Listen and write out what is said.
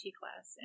class